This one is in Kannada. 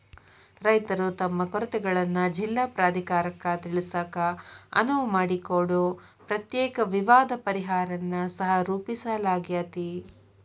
ರೈತರು ತಮ್ಮ ಕೊರತೆಗಳನ್ನ ಜಿಲ್ಲಾ ಪ್ರಾಧಿಕಾರಕ್ಕ ತಿಳಿಸಾಕ ಅನುವು ಮಾಡಿಕೊಡೊ ಪ್ರತ್ಯೇಕ ವಿವಾದ ಪರಿಹಾರನ್ನ ಸಹರೂಪಿಸಲಾಗ್ಯಾತಿ